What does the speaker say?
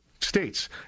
states